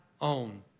own